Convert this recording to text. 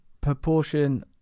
proportion